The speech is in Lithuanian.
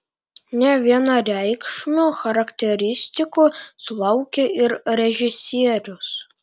nevienareikšmių charakteristikų sulaukė ir režisierius